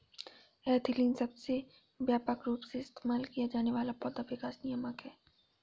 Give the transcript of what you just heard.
ethylene सबसे व्यापक रूप से इस्तेमाल किया जाने वाला पौधा विकास नियामक है